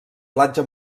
platja